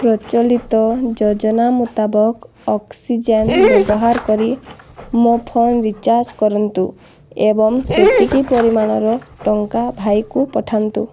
ପ୍ରଚଳିତ ଯୋଜନା ମୁତାବକ ଅକ୍ସିଜେନ୍ ବ୍ୟବହାର କରି ମୋ ଫୋନ ରିଚାର୍ଜ କରନ୍ତୁ ଏବଂ ସେତିକି ପରିମାଣର ଟଙ୍କା ଭାଇକୁ ପଠାନ୍ତୁ